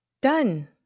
Done